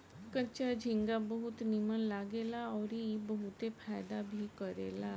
कच्चा झींगा बहुत नीमन लागेला अउरी ई बहुते फायदा भी करेला